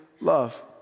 love